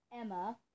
Emma